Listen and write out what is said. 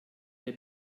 der